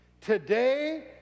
today